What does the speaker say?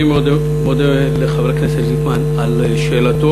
אני מודה לחבר הכנסת ליפמן על שאלתו.